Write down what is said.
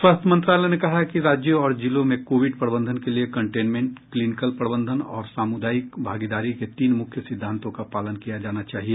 स्वास्थ्य मंत्रालय ने कहा है कि राज्यों और जिलों में कोविड प्रबंधन के लिए कंटेनमेंट क्लीनिकल प्रबंधन और सामुदायिक भागीदारी के तीन मुख्य सिद्धांतों का पालन किया जाना चाहिए